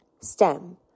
STEM